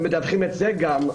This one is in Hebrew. ומדווחים את זה גם,